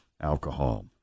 alcohol